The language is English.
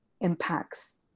impacts